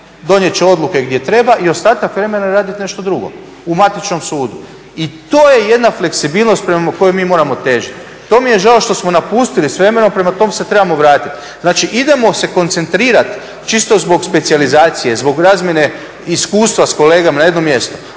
donijet će odluke gdje treba i ostatak vremena raditi nešto drugo u matičnom sudu i to je jedna fleksibilnost prema kojoj mi moramo težiti. To mi je žao što smo napustili s vremenom, prema tome se trebamo vratiti. Znači, idemo se koncentrirati čisto zbog specijalizacije, zbog razmjene iskustva s kolegama na jedno mjesto,